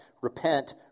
repent